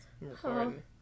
Recording